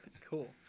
Cool